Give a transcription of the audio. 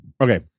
Okay